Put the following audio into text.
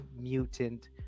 mutant